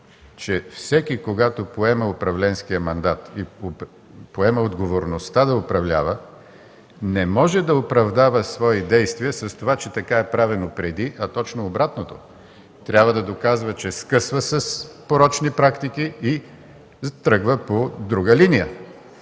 – всеки, когато поема управленския мандат и отговорността да управлява, не може да оправдава свои действия с това, че така е правено преди. А точно обратното – трябва да доказва, че скъсва с порочни практики и тръгва по друга линия.